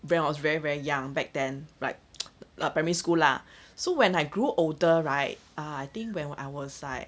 when I was very very young back then like like primary school lah so when I grew older right I think when I was like